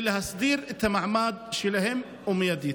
ולהסדיר את המעמד שלהם ומיידית.